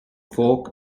folk